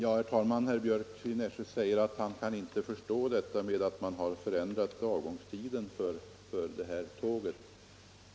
Herr talman! Herr Björck i Nässjö säger att han inte kan förstå detta med att man ändrat avgångstiden för tåget.